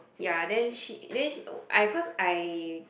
ya then she then she I cause I